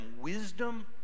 wisdom